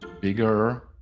bigger